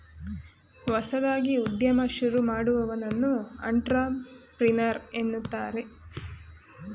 ಹೊಸದಾಗಿ ಉದ್ಯಮ ಶುರು ಮಾಡುವವನನ್ನು ಅಂಟ್ರಪ್ರಿನರ್ ಎನ್ನುತ್ತಾರೆ